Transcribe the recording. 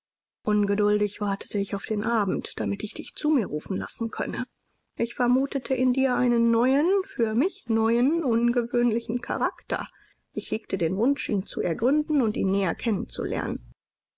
ungeduldig wartete ich auf den abend damit ich dich zu mir rufen lassen könne ich vermutete in dir einen neuen für mich neuen ungewöhnlichen charakter ich hegte den wunsch ihn zu ergründen und ihn näher kennen